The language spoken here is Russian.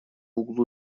углу